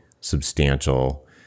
substantial